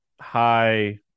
high